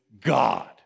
God